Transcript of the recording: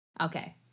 Okay